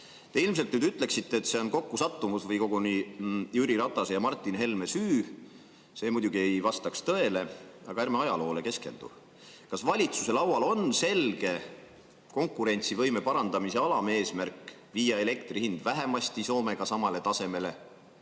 Te ilmselt ütleksite nüüd, et see on kokkusattumus või koguni Jüri Ratase ja Martin Helme süü. See muidugi ei vastaks tõele. Aga ärme ajaloole keskendu. Kas valitsuse laual on selge konkurentsivõime parandamise alameesmärk viia elektri hind vähemasti Soomega samale tasemele?